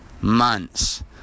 months